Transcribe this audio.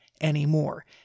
anymore